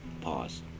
Pause